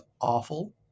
awful